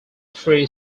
free